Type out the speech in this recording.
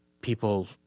people